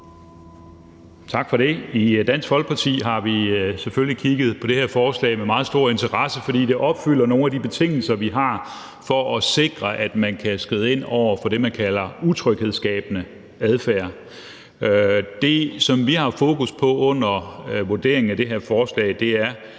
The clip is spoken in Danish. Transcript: Tak for det. I Dansk Folkeparti har vi selvfølgelig kigget på det her forslag med meget stor interesse, fordi det opfylder nogle af de betingelser, vi har, for at sikre, at man kan skride ind over for det, man kalder utryghedsskabende adfærd. Det, som vi har haft fokus på under vurderingen af det her forslag, er,